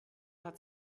hat